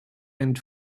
and